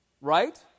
Right